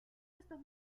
estos